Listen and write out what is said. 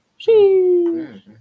Sheesh